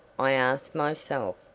i ask myself,